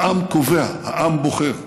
העם קובע, העם בוחר.